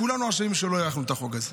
כולנו אשמים שלא הארכנו את החוק הזה.